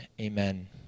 amen